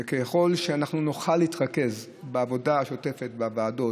וכדי שנוכל להתרכז בעבודה השוטפת בוועדות,